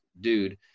dude